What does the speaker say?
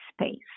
space